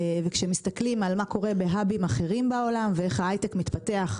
וכשמסתכלים על מה קורה בהאבים אחרים בעולם ואיך הייטק מתפתח,